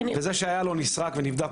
וזה שהיה לו נסרק ונבדק,